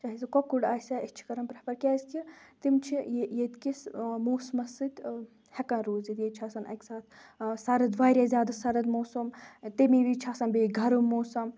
چاہے سُہ کۄکُر آسِیا أسۍ چھِ کَران پَریفَر کِیٛازِ کہِ تِم چھِ ییٚتہِ کِس موٗسمَس سٟتۍ ہؠکان روٗزِتھ ییٚتہِ چھِ آسان اَکہِ ساتہٕ سَرٕد واریاہ زِیادٕ سَرٕد موسَم تمی وِزِ چھِ آسان بیٚیہِ گَرَم موسَم